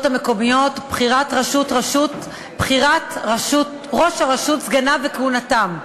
המקומיות (בחירת ראש הרשות וסגניו וכהונתם)